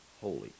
holy